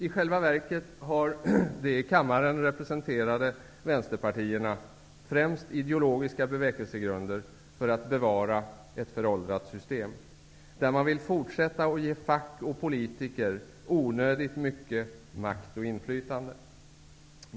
I själva verket har de i kammaren representerade vänsterpartierna främst ideologiska bevekelsegrunder för att bevara ett föråldrat system, där man vill fortsätta att ge fack och politiker onödigt mycket makt och inflytande.